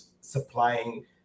supplying